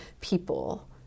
people